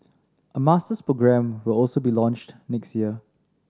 a masters programme will also be launched next year